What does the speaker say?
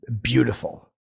beautiful